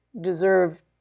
deserve